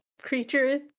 creature